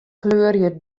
kleurje